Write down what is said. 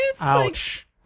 ouch